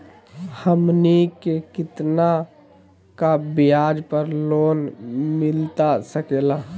हमनी के कितना का ब्याज पर लोन मिलता सकेला?